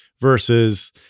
versus